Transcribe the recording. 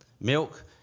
milk